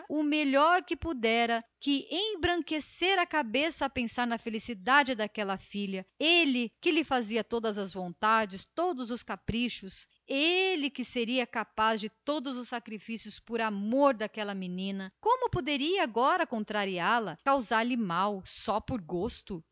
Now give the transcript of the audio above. o melhor que pudera que embranquecera a cabeça a pensar na felicidade daquela filha ele que lhe fazia todas as vontades todos os caprichos ele que seria capaz dos maiores sacrifícios por amor daquela menina como poderia pois contrariá-la causar lhe mal só por gosto